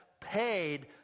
paid